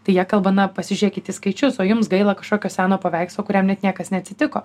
tai jie kalba na pasižiūrėkit į skaičius o jums gaila kažkokio seno paveikslo kuriam net niekas neatsitiko